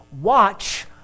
watch